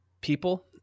people